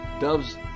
Doves